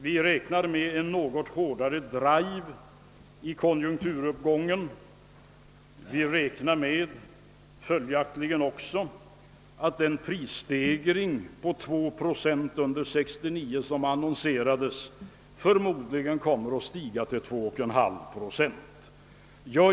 Vi räknar med en något hårdare drive i konjunkturuppgången och följaktligen också med att den prisstegring på 2 procent under 1969 som annonserades förmodligen kommer att uppgå till 2,5 procent.